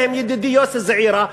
ביניהם ידידי יוסי זעירא,